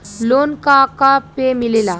Loan का का पे मिलेला?